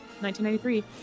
1993